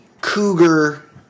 Cougar